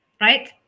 right